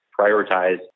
prioritize